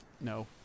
no